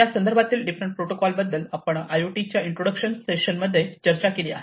यासंदर्भातील different protocol बद्दल आपण आय ओ टी च्या इंट्रोडक्शन सेशन मध्ये हे चर्चा केली आहे